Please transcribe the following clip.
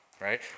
right